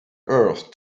earth